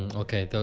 and okay, but